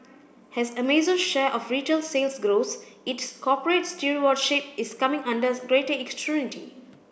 as Amazon's share of retail sales grows its corporate stewardship is coming under greater